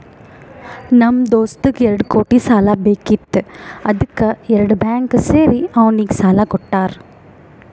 ನಮ್ ದೋಸ್ತಗ್ ಎರಡು ಕೋಟಿ ಸಾಲಾ ಬೇಕಿತ್ತು ಅದ್ದುಕ್ ಎರಡು ಬ್ಯಾಂಕ್ ಸೇರಿ ಅವ್ನಿಗ ಸಾಲಾ ಕೊಟ್ಟಾರ್